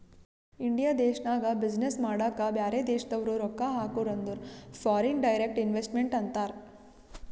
India ದೇಶ್ನಾಗ business ಮಾಡಾಕ ಬ್ಯಾರೆ ದೇಶದವ್ರು ರೊಕ್ಕಾ ಹಾಕುರ್ ಅಂದುರ್ ಫಾರಿನ್ ಡೈರೆಕ್ಟ್ ಇನ್ವೆಸ್ಟ್ಮೆಂಟ್ ಅಂತಾರ್